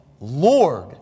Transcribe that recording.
Lord